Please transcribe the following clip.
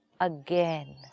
again